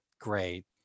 Great